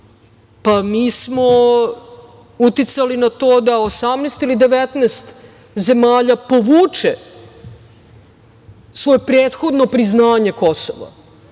Mi smo uticali na to da 18 ili 19 zemalja povuče svoje prethodno priznanje Kosova.